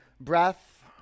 breath